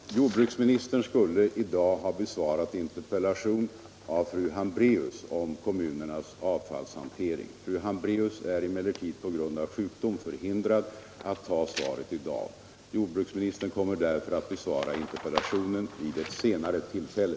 Fru talman! Jordbruksministern skulle i dag ha besvarat en interpellation av fru Hambraeus om kommunernas avfallshantering. Fru Hambraeus är emellertid på grund av sjukdom förhindrad att ta emot svaret i dag. Jordbruksministern kommer därför att besvara interpellationen vid ett senare tillfälle.